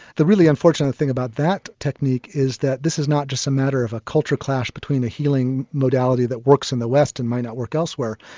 the really unfortunate thing about that technique is that this is not just a matter of a culture clash between the healing modality that works in the west and may not work elsewhere.